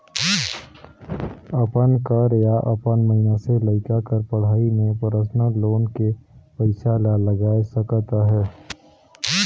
अपन कर या अपन मइनसे लइका कर पढ़ई में परसनल लोन के पइसा ला लगाए सकत अहे